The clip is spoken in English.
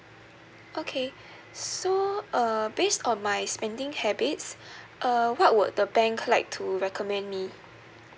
okay so uh based on my spending habits uh what would the bank like to recommend me